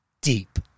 Deep